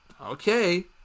okay